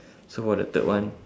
so for the third one